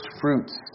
fruits